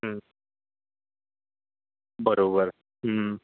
बरोबर